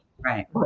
Right